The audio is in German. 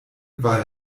war